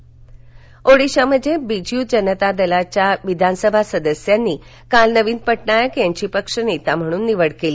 ओडिशा ओडिशामध्ये बिजू जनता दलाच्या विधानसभा सदस्यांनी काल नवीन पटनाईक यांची पक्ष नेता म्हणून निवड केली